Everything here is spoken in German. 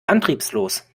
antriebslos